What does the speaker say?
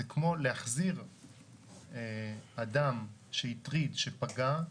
זה כמו להחזיר אדם שהטריד, שפגע,